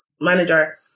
Manager